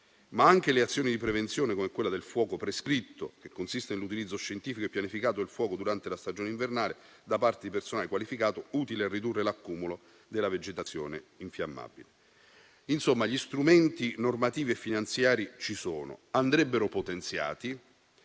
anche ad azioni di prevenzione, come il fuoco prescritto, che consiste nell'utilizzo scientifico e pianificato del fuoco durante la stagione invernale da parte di persone qualificate, utile a ridurre l'accumulo della vegetazione infiammabile. Insomma, gli strumenti normativi e finanziari ci sono. Andrebbero potenziati,